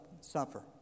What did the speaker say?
suffer